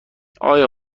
آیا